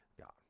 God